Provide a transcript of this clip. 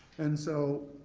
and so